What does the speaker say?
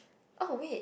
oh wait